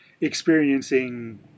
experiencing